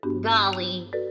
Golly